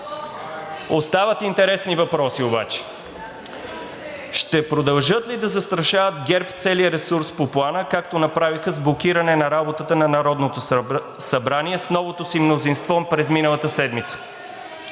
Остават интересни въпроси обаче. Ще продължат ли да застрашават ГЕРБ целия ресурс по Плана, както направиха с блокиране на работата на Народното събрание с новото си мнозинство през миналата седмица?